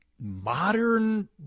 modern